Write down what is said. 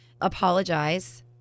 apologize